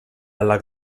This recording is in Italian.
alla